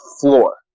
floor